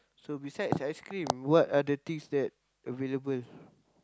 so besides ice-cream what are the things that available